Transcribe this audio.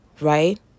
right